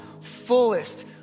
fullest